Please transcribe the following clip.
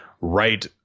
right